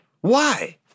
Why